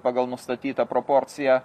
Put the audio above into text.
pagal nustatytą proporciją